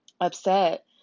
upset